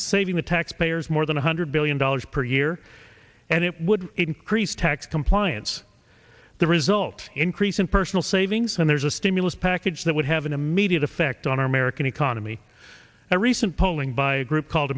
saving the taxpayers more than one hundred billion dollars per year and it would increase tax compliance the result increase in personal savings and there's a stimulus package that would have an immediate effect on our american economy a recent polling by a group called